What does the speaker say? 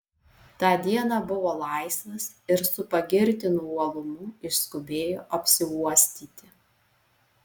tą dieną buvo laisvas ir su pagirtinu uolumu išskubėjo apsiuostyti